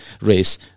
race